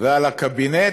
ועל הקבינט,